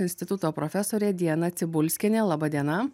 instituto profesorė diana cibulskienė labadiena